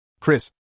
Chris